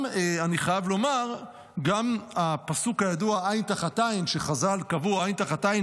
אני גם חייב לומר הפסוק הידוע "עין תחת עין" חז"ל קבעו "עין תחת עין,